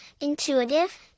intuitive